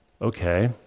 Okay